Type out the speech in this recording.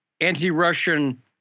anti-russian